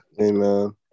Amen